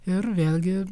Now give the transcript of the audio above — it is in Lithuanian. ir vėlgi